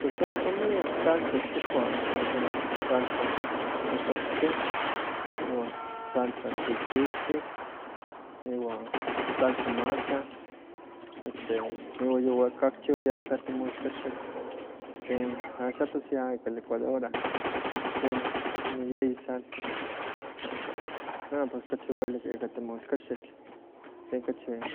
Pues ohpa miak salsas kikuah, salsa xoxohtik, iwan salsa chichiltik, iwa salsa macha, este iwa yokehka kichiwayayah ka temolkaxitl, sí. Axa pues ya ka licuadora, sí inon yeyi salsas. Iwa pos kachi welik ka temolkaxitl,